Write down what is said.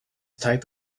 type